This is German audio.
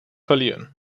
verlieren